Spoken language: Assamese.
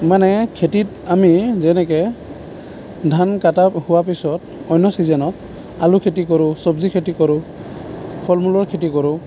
মানে খেতিত আমি যেনেকৈ ধান কটা হোৱা পিছত অন্য চিজনত আলু খেতি কৰোঁ চব্জি খেতি কৰোঁ ফলমূলৰ খেতি কৰোঁ